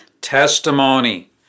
Testimony